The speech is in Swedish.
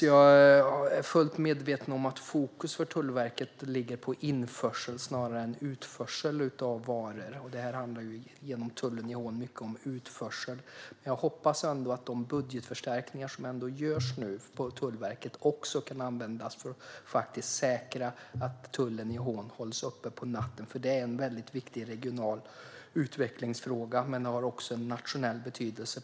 Jag är fullt medveten om att fokus för Tullverket ligger på införsel snarare än utförsel av varor. Tullstationen i Hån handlar mycket om utförsel. Jag hoppas ändå att de budgetförstärkningar som nu görs på Tullverket också kan användas för att säkra att tullstationen i Hån hålls öppen på natten. Det är en viktig regional utvecklingsfråga och har också en nationell betydelse.